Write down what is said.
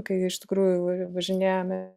kai iš tikrųjų važinėjome